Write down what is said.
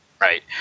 Right